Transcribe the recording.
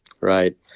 Right